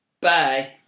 Bye